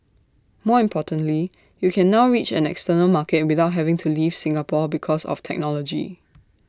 more importantly you can now reach an external market without having to leave Singapore because of technology